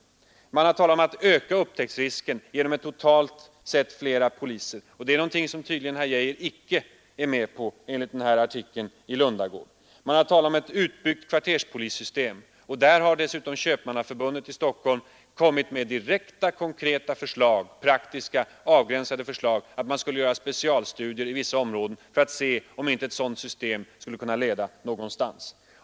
Man har också talat om att öka upptäcktsrisken genom totalt sett flera poliser. Det är någonting som tydligen herr Geijer inte är med på, enligt den nämnda artikeln i tidningen Lundagård. Vidare har man talat om ett utbyggt kvarterspolissystem. Där har Stockholms Köpmannaförbund också presenterat konkreta, praktiska och avgränsade förslag om att man skulle göra specialstudier i vissa områden för att se om inte ett sådant system skulle kunna leda någonstans.